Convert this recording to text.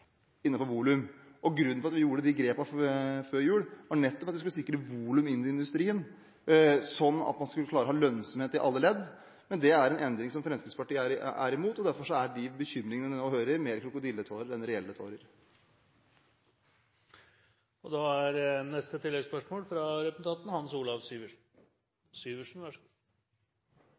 Grunnen til at vi gjorde de grepene vi gjorde før jul, var nettopp at vi skulle sikre volum inn i industrien, sånn at man skulle klare å ha lønnsomhet i alle ledd. Men det er en endring Fremskrittspartiet er imot, og derfor er de bekymringene vi nå hører om, mer som krokodilletårer enn reelle